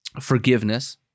forgiveness